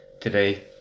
today